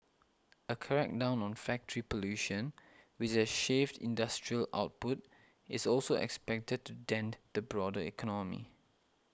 a crackdown on factory pollution which has shaved industrial output is also expected to dent the broader economy